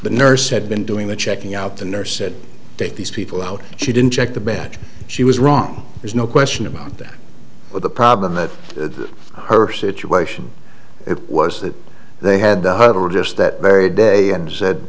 the nurse had been doing the checking out the nurse said take these people out she didn't check the bag she was wrong there's no question about that but the problem that her situation it was that they had to huddle just that day and said